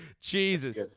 Jesus